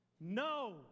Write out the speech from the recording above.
No